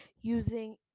using